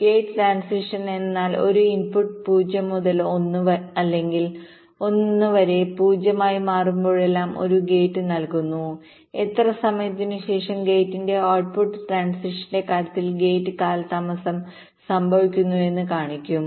gate transition എന്നാൽ ഒരു input 0 മുതൽ 1 അല്ലെങ്കിൽ 1 വരെ 0 ആയി മാറുമ്പോഴെല്ലാം ഒരു ഗേറ്റ് നൽകുന്നു എത്ര സമയത്തിന് ശേഷം ഗേറ്റിന്റെ ഔട്ട്പുട്ട് ട്രാൻസിഷന്റെ കാര്യത്തിൽ ഗേറ്റ് കാലതാമസംസംഭവിക്കുന്നുവെന്ന് കാണിക്കും